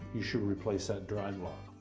you should replace that drive lock.